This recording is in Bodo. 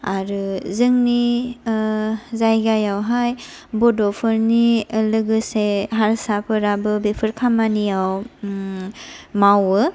आरो जोंनि जायगायावहाय बड'फोरनि लोगोसे हारसाफोराबो बेफोर खामानियाव मावो